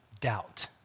doubt